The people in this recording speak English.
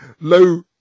low